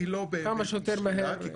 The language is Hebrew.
היא לא באמת נשקלה כי,